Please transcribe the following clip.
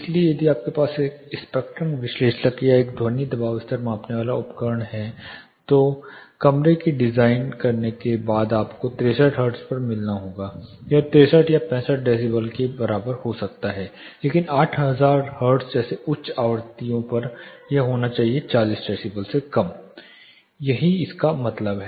इसलिए यदि आपके पास एक स्पेक्ट्रम विश्लेषक या एक ध्वनि दबाव स्तर मापने वाला उपकरण है तो कमरे को डिजाइन करने के बाद आपको 63 हर्ट्ज पर मिलना होगा यह 63 या 65 डेसिबल के बराबर हो सकता है लेकिन 8000 हर्ट्ज जैसे उच्च आवृत्तियों पर यह होना चाहिए 40 डेसिबल से कम यही इसका मतलब है